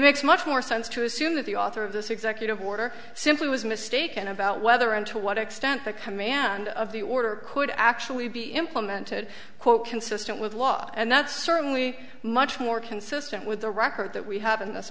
makes much more sense to assume that the author of this executive order simply was mistaken about whether and to what extent the command of the order could actually be implemented consistent with law and that's certainly much more consistent with the record that we have in this